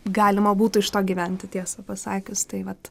galima būtų iš to gyventi tiesą pasakius tai vat